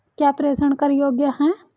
क्या प्रेषण कर योग्य हैं?